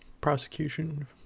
prosecution